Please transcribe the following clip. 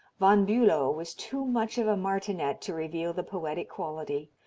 von bulow was too much of a martinet to reveal the poetic quality,